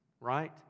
right